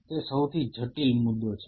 તે સૌથી જટિલ મુદ્દો છે